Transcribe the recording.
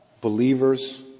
believers